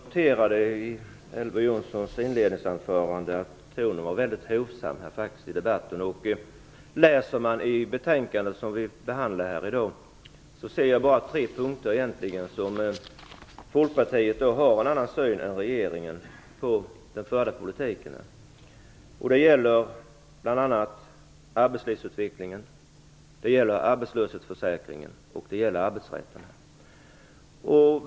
Fru talman! Jag noterade att tonen i Elver Jonssons inledningsanförande i debatten var mycket hovsam. Om jag läser i det betänkande vi behandlar här i dag ser jag bara tre punkter där Folkpartiet har en annan syn än regeringen på den förda politiken. Det gäller bl.a. arbetslivsutvecklingen, arbetslöshetsförsäkringen och arbetsrätten.